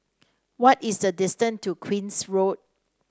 what is the distance to Queen's Road